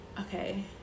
okay